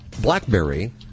Blackberry